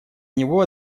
него